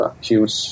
huge